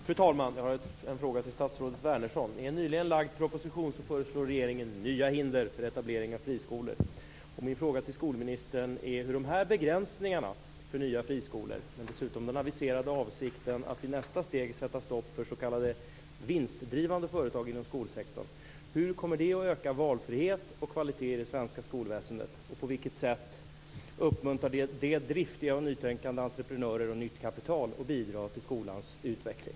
Fru talman! Jag har en fråga till statsrådet Wärnersson. I en nyligen lagd proposition föreslår regeringen nya hinder för etablering av friskolor. Min fråga till skolministern är: Hur kommer de här begränsningarna för nya friskolor och den aviserade avsikten att i nästa steg sätta stopp för s.k. vinstdrivande företag inom skolsektorn att öka valfrihet och kvalitet i det svenska skolväsendet? På vilket sätt uppmuntrar det driftiga och nytänkande entreprenörer och nytt kapital att bidra till skolans utveckling?